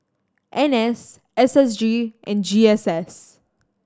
N S S S G and G S S